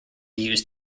used